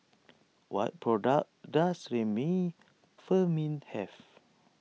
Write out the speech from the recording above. what products does Remifemin have